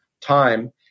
time